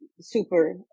super